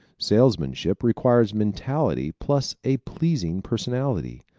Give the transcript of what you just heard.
salesmanship requires mentality plus a pleasing personality.